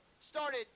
started